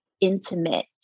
intimate